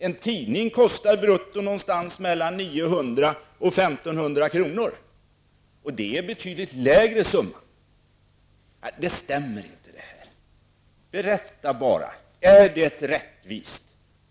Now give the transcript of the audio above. En tidning kostar brutto mellan 900 och 1 500 kr., och det är en betydligt lägre summa. Berätta bara: Är det rättvist?